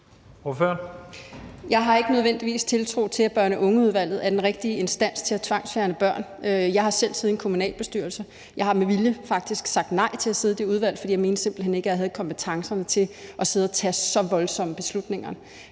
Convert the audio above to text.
Jeg har ikke nødvendigvis tiltro til, at børn og unge-udvalget er den rette instans til at tvangsfjerne børn. Jeg har selv siddet i en kommunalbestyrelse. Jeg har med vilje faktisk sagt nej til at sidde i det udvalg, fordi jeg simpelt hen ikke mente, at jeg havde kompetencerne til at sidde og tage så voldsomme beslutninger.